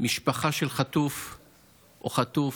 משפחה של חטוף או חטוף,